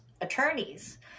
attorneys